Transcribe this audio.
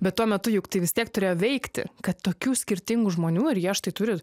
bet tuo metu juk tai vis tiek turėjo veikti kad tokių skirtingų žmonių ir jie štai turi